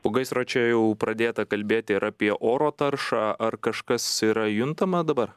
po gaisro čia jau pradėta kalbėti ir apie oro taršą ar kažkas yra juntama dabar